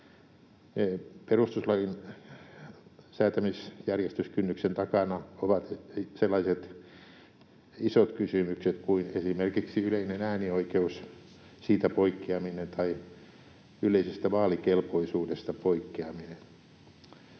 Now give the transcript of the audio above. Perustuslain säätämisjärjestyskynnyksen takana ovat sellaiset isot kysymykset kuin esimerkiksi yleinen äänioikeus, siitä poikkeaminen tai yleisestä vaalikelpoisuudesta poikkeaminen.